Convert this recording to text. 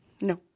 No